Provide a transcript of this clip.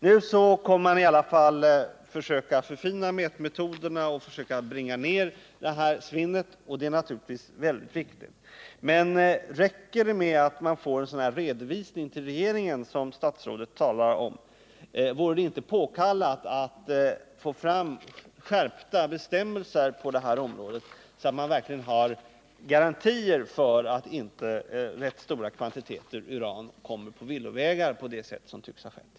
Nu kommer man att försöka förfina mätmetoderna och bringa ner svinnet, och det är naturligtvis väldigt viktigt. Men räcker det att man får till stånd en sådan redovisning till regeringen som statsrådet talar om? Vore det inte påkallat att få fram skärpta bestämmelser på det här området, så att man verkligen har garantier för att inte rätt stora kvantiteter uran kommer på villovägar på det sätt som tycks ha skett?